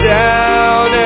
down